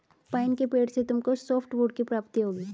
pine के पेड़ से तुमको सॉफ्टवुड की प्राप्ति होगी